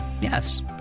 Yes